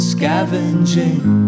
Scavenging